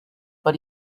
but